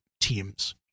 teams